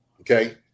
Okay